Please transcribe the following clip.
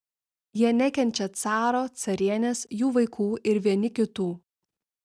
jie nekenčia caro carienės jų vaikų ir vieni kitų